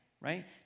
right